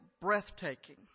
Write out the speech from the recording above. breathtaking